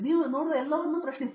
ನೀವು ನೋಡುವ ಎಲ್ಲವನ್ನೂ ಪ್ರಶ್ನಿಸಿ